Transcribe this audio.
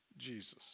Jesus